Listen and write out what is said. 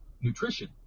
nutrition